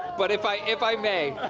but if i if i may,